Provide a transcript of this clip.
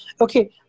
Okay